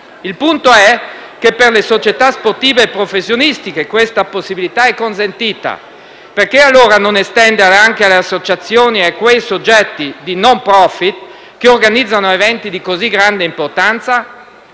Il punto è che per le società sportive professionistiche questa possibilità è consentita. Perché allora non estenderla anche alle associazioni e a quei soggetti *non profit* che organizzano eventi di così grande importanza?